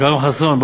אכרם חסון,